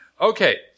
Okay